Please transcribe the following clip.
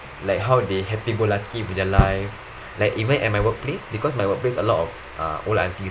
like how they happy go lucky with their life like even at my workplace because my workplace a lot of uh old aunties